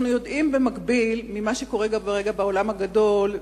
אנחנו גם יודעים ממה שקורה כרגע בעולם הגדול,